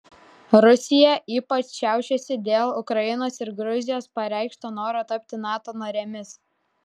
rusija ypač šiaušiasi dėl ukrainos ir gruzijos pareikšto noro tapti nato narėmis